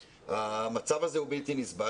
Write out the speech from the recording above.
המצב הוא בלתי נסבל.